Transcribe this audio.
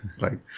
right